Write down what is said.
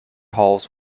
halls